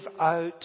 out